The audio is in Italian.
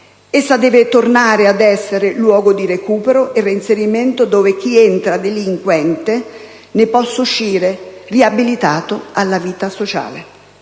Essa deve tornare ad essere luogo di recupero e reinserimento dove chi entra delinquente ne possa uscire riabilitato alla vita sociale.